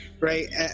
right